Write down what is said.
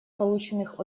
полученных